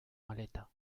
maleta